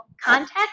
context